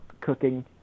cooking